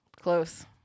Close